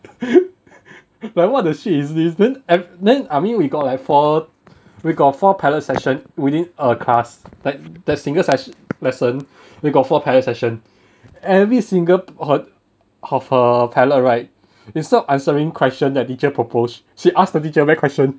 like what the shit is this then and then I mean we got like four we got four pilot session within a class like the single sess~ lesson we got four pilot session every single p~ her of her pilot right instead of answering question that teacher proposed she ask the teacher back question